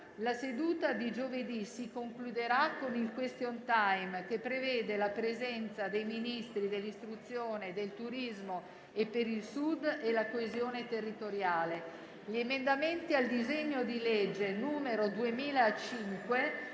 La seduta di giovedì si concluderà con il *question* *time,* che prevede la presenza dei Ministri dell'istruzione, del turismo e per il Sud e la coesione territoriale. Gli emendamenti al disegno di legge n. 2005